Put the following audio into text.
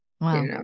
Wow